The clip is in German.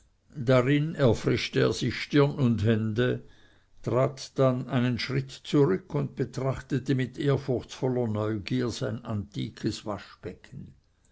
darin erfrischte er sich stirn und hände dann trat er einen schritt zurück und betrachtete mit ehrfurchtsvoller neugier sein antikes waschbecken